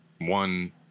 one